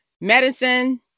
medicine